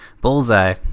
Bullseye